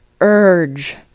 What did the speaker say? urge